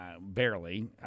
barely